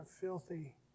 filthy